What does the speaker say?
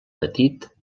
petit